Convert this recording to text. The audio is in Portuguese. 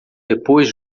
depois